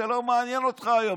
זה לא מעניין אותך היום,